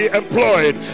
employed